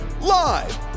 Live